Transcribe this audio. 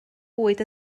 bwyd